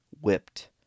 whipped